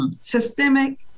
systemic